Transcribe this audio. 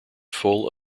full